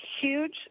huge